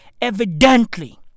evidently